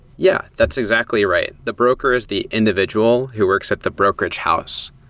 yeah, that's exactly right. the broker is the individual who works at the brokerage house